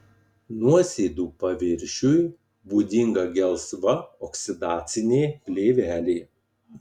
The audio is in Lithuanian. nuosėdų paviršiui būdinga gelsva oksidacinė plėvelė